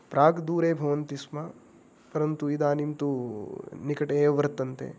प्राक् दूरे भवन्ति स्म परन्तु इदानीं तु निकटे एव वर्तन्ते